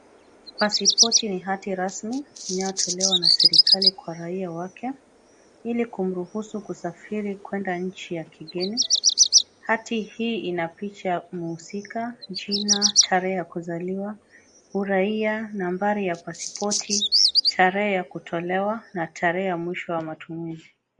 Pasipoti ni hati rasmi, inayotolewa na serikali kwa raia wake, ili kumruhusu kusafiri kwenda nchi ya kigeni. Hati hii ina picha ya mhusika, jina, tarehe ya kuzaliwa, uraia, nambari ya pasipoti, tarehe ya kutolewa na tarehe ya mwisho wa matumizi.